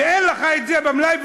אין לך את זה במלאי.